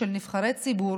של נבחרי ציבור